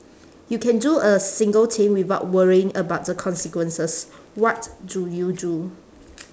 you can do a single thing without worrying about the consequences what do you do